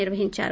నిర్వహించారు